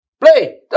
play